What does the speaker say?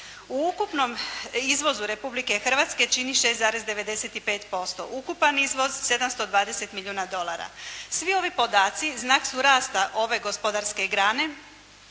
U ukupnom izvozu Republike Hrvatske čini 6,95%. Ukupan izvoz 720 milijuna dolara. Svi ovi podaci znak su rasta ove gospodarske grane.